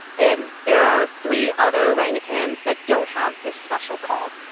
and there are three other orangutans that don't have this special call.